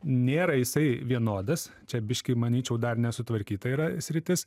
nėra jisai vienodas čia biškį manyčiau dar nesutvarkyta yra sritis